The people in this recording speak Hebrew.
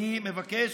אני מבקש,